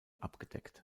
abgedeckt